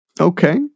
Okay